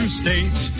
state